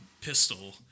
pistol